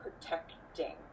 protecting